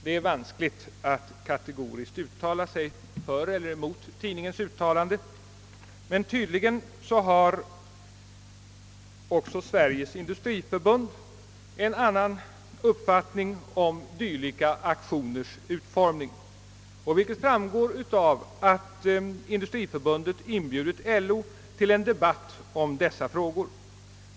Det är vanskligt att kategoriskt uttala sig för eller mot tidningens uttalande, men tydligen har också Sveriges industriförbund en annan uppfattning om dylika aktioners utformning, vilket framgår av att Industriförbundet inbjudit LO till en debatt i dessa frågor.